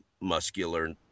muscular